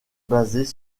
basés